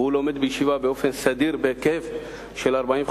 והוא לומד בישיבה באופן סדיר בהיקף של 45